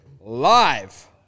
live